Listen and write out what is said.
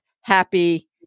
happy